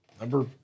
number